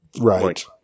Right